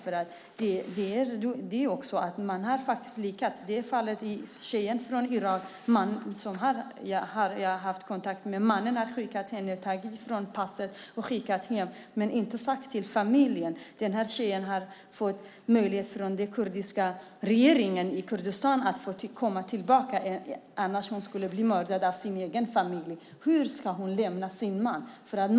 Man har faktiskt lyckats. Jag har haft kontakt med en tjej från Irak. Mannen har tagit ifrån henne passet och skickat hem henne men inte sagt något till familjen. Den kurdiska regeringen i Kurdistan har gett den här tjejen möjlighet att komma tillbaka, annars skulle hon bli mördad av sin egen familj. Hur ska hon kunna lämna sin man?